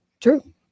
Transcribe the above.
True